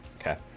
Okay